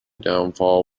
downfall